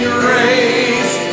grace